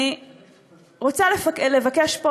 אני רוצה לבקש פה,